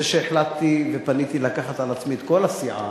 זה שהחלטתי ופניתי לקחת על עצמי את כל הסיעה,